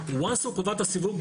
וואנס, הוא קבע את הסיווג.